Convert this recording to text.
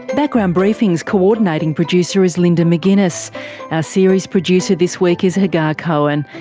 background briefing's co-ordinating producer is linda mcginness, our series producer this week is hagar cohen,